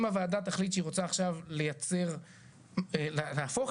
הוועדה תחליט שהיא רוצה עכשיו לייצר או להפוך